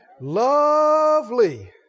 Lovely